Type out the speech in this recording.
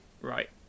right